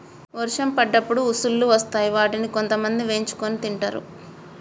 వర్షం పడ్డప్పుడు ఉసుల్లు వస్తాయ్ వాటిని కొంతమంది వేయించుకొని తింటరు